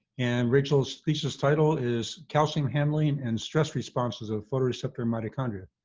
and rachel's thesis title is calcium handling and stress responses of photoreceptor mitochondria.